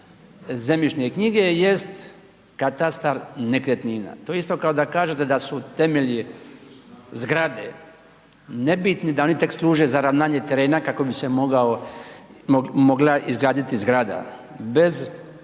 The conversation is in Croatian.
zemljišne knjige jest katastar nekretnina. To je isto kao da kažete da su temelji zgrade nebitni da oni tek služe za ravnanje terena kako bi se mogao, mogla izgraditi zgrada bez